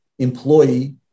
Employee